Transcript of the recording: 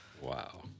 Wow